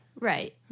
Right